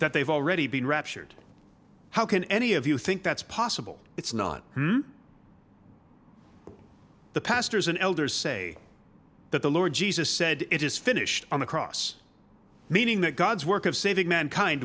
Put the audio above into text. that they've already been raptured how can any of you think that's possible it's not the pastors and elders say that the lord jesus said it is finished on the cross meaning that god's work of saving mankind